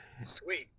Sweet